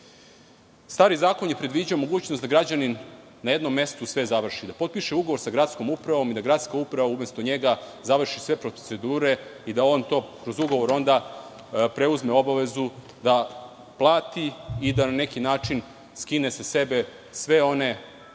Stari zakon je predviđao mogućnost da građanin na jednom mestu sve završi, da potpiše ugovor sa gradskom upravom i da gradska uprava umesto njega završi sve procedure i da on kroz ugovor onda preuzme obavezu da plati i da na neki način skine sa sebe sve one obaveze